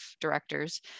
directors